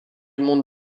monde